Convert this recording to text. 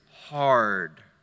hard